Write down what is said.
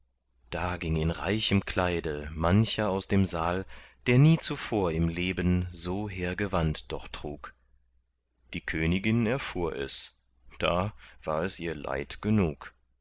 da ging in reichem kleide mancher aus dem saal der nie zuvor im leben so hehr gewand doch trug die königin erfuhr es da war es ihr leid genug